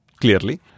clearly